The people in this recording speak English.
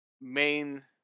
...main